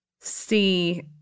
see